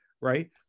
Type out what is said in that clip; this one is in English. right